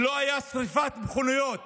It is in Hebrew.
ולא הייתה שרפת מכוניות